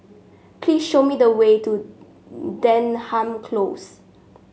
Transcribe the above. please show me the way to Denham Close